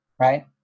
right